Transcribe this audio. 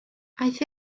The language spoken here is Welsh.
aeth